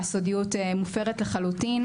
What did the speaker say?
הסודיות מופרת לחלוטין.